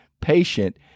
patient